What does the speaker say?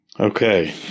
Okay